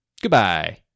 Goodbye